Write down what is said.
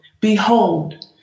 Behold